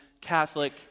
Catholic